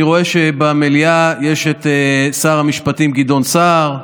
אני רואה שבמליאה יש את שר המשפטים גדעון סער,